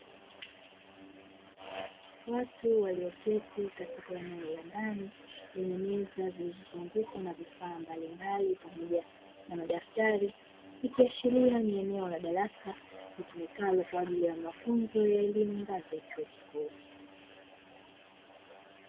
Watu walioketi katika eneo la ndani, lenye meza zilizozungukwa na vifaa mbalimbali pamoja na madaftari. Ikiashiria ni eneo la darasa litumikalo kwa ajili ya mafunzo ya elimu, ngazi ya chuo kikuu.